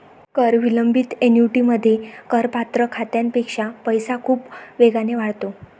कर विलंबित ऍन्युइटीमध्ये, करपात्र खात्यापेक्षा पैसा खूप वेगाने वाढतो